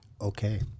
Okay